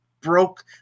broke